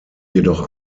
jedoch